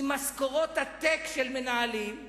עם משכורות עתק של מנהלים,